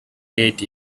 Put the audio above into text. get